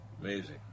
Amazing